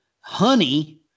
honey